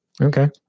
Okay